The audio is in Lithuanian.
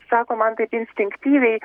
sako man taip instinktyviai